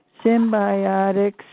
Symbiotics